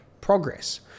progress